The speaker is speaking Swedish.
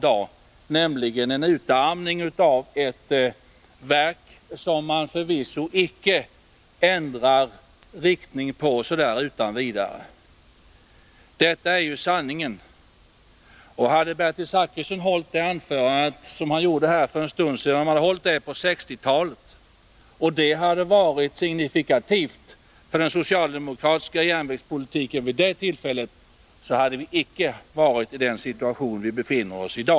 Och den utvecklingen ändrar man icke utan vidare riktningen på. Detta är sanningen. Om Bertil Zachrisson på 1960-talet hade hållit det anförande som han för en stund sedan höll här och om det hade varit signifikativt för den socialdemokratiska järnvägspolitiken vid det tillfället, hade vi icke varit i den 45 situation som vi i dag befinner oss i.